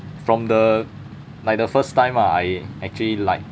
from the like the first time lah I actually lied